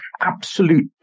absolute